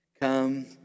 Come